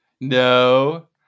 No